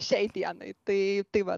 šiai dienai tai tai va